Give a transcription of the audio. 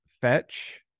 fetch